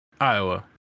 Iowa